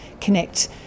connect